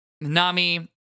Nami